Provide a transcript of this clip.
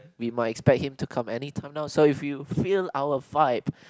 we might expect him to come anytime now so if you feel I'll fight